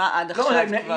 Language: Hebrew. עד עכשיו?